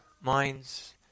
minds